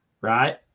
right